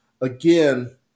again